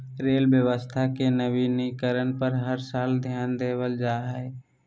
rail व्यवस्था के नवीनीकरण पर हर साल ध्यान देवल जा हइ